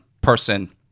person